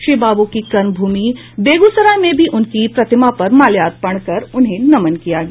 श्री बाबू की कर्मभूमि बेगूसराय में भी उनकी प्रतिमा पर माल्यार्पण कर उन्हें नमन किया गया